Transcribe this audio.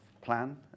plan